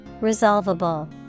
Resolvable